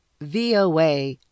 VOA